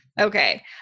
Okay